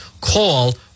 Call